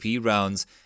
rounds